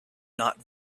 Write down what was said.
not